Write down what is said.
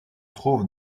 trouve